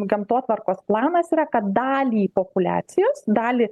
gamtotvarkos planas yra kad dalį populiacijos dalį